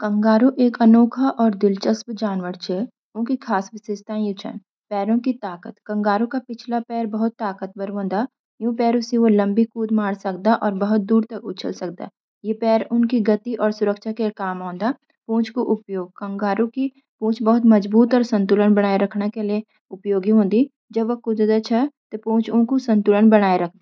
कंगारू एक अनोखा और दिलचस्प जनावर हछ। उनकू कुछ खास विशेषताएँ यू छ: पैरों की ताकत: कंगारू के पिछले पैर बहुत ताकतवर ह्वे। इन पैरां से वो लंबी कूद मार सकदां और बहुत दूर तक उछल सकदां। ये पैर उनकी गति और सुरक्षा के लिए काम आवदां। पूंछ का उपयोग: कंगारू की पूंछ बहुत मजबूत और संतुलन बनाए रखने के लिए उपयोगी हों दी। जब वो कूदते ह्वे, तब पूंछ उनका संतुलन बनाए रखदी।